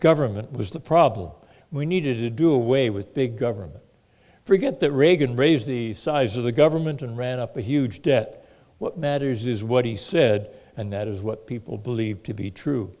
government was the problem we needed to do away with big government forget that reagan raised the size of the government and ran up a huge debt what matters is what he said and that is what people believe to be true